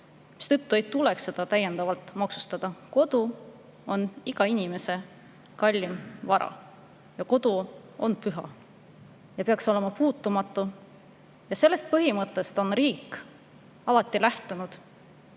seetõttu ei tuleks seda täiendavalt maksustada. Kodu on iga inimese kõige kallim vara, kodu on püha ja peaks olema puutumatu. Sellest põhimõttest on riik alati lähtunud,